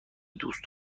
دوست